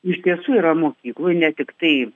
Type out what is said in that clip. iš tiesų yra mokyklų ne tiktai